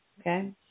okay